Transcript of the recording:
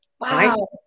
Wow